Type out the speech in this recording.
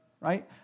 right